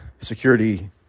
security